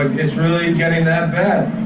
it's really getting that bad.